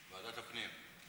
ועדת הפנים.